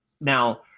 Now